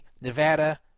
Nevada